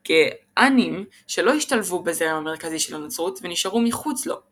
האתינגאנים שלא השתלבו בזרם המרכזי של הנצרות ונשארו מחוץ לו,